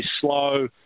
slow